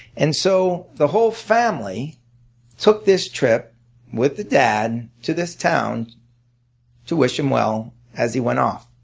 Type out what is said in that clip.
and so the whole family took this trip with the dad to this town to wish him well as he went off.